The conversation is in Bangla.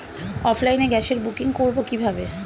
অফলাইনে গ্যাসের বুকিং করব কিভাবে?